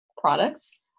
products